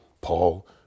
Paul